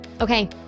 Okay